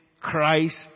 Christ